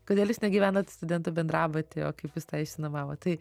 kodėl jūs negyvenot studentų bendrabutyje o kaip jūs tą išsinuomavot tai